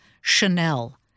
Chanel